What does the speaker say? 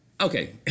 okay